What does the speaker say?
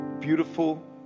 beautiful